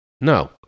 No